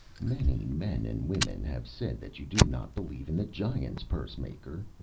many men and women have said that you do not believe in the giants, pursemaker,